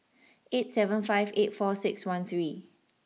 eight seven five eight four six one three